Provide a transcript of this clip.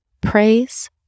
Praise